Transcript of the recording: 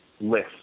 list